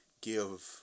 give